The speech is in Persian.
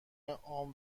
عام